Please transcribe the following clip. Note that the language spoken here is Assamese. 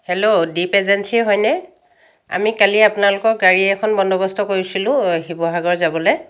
হেল্ল' দীপ এজেঞ্চী হয়নে আমি কালি আপোনালোকৰ গাড়ী এখন বন্দবস্ত কৰিছিলোঁ শিৱসাগৰ যাবলৈ